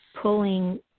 pulling